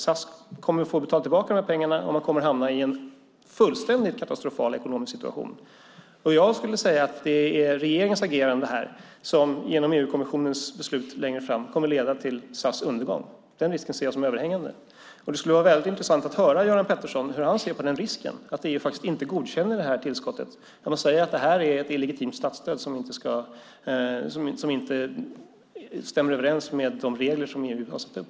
SAS kommer att få betala tillbaka de här pengarna och man kommer att hamna i en fullständigt katastrofal ekonomisk situation. Jag skulle säga att det är regeringens agerande här som genom EU-kommissionens beslut längre fram kommer att leda till SAS undergång. Den risken ser jag som överhängande. Det skulle vara väldigt intressant att höra hur Göran Pettersson ser på risken att EU faktiskt inte godkänner det här tillskottet utan säger att det är ett illegitimt statsstöd som inte stämmer överens med de regler som EU har satt upp.